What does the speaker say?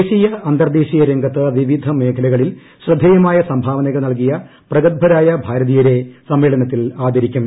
ദേശീയ അന്തർദ്ദേശീയ രംഗത്ത് വിവിധ മേഖലകളിൽ ശ്രദ്ധേയമായ സംഭാവനകൾ നൽകിയ പ്രഗത്ഭരായ ഭാരതീയരെ സമ്മേളനത്തിൽ ആദരിക്കും